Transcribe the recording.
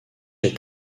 est